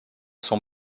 sont